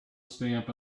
stamp